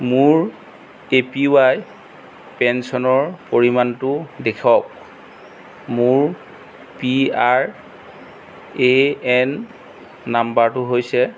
মোৰ A P Y পেঞ্চনৰ পৰিমাণটো দেখুৱাওক মোৰ পি আৰ এ এন নাম্বাৰটো হৈছে